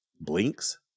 blinks